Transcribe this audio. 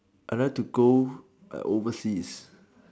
I like to go overseas